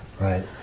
right